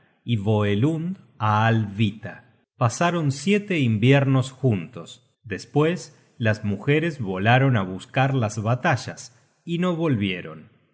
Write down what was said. y voelund á alhvita pasaron siete inviernos juntos despues las mujeres volaron á buscar las batallas y no volvieron